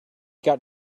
got